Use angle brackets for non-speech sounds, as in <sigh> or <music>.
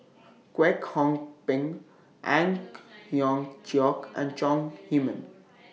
Kwek Hong Png Ang <noise> Hiong Chiok and Chong Heman